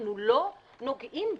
אנחנו לא נוגעים בה,